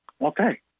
okay